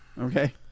Okay